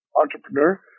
entrepreneur